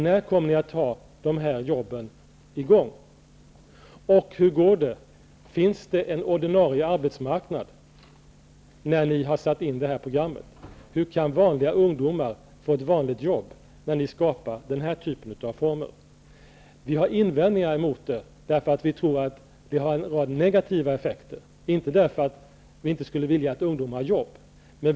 När kommer ni att ha dessa jobb i gång? Hur går det -- finns det en ordinarie arbetsmarknad efter det att ni har satt in det här programmet? Hur kan vanliga ungdomar få ett vanligt jobb när ni skapar den här typen av former? Vi har invändningar mot detta därför att vi tror att det har en rad negativa effekter, inte därför att vi inte skulle vilja att ungdomar har jobb.